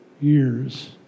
years